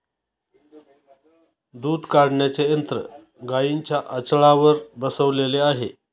दूध काढण्याचे यंत्र गाईंच्या आचळावर बसवलेले आहे